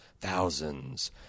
thousands